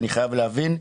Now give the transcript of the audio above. אני חייב להבין.